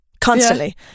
constantly